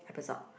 episode